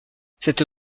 cette